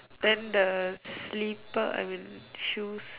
then the slipper I mean shoes